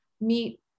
meet